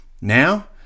now